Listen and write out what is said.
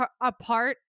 apart